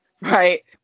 Right